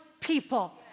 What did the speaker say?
people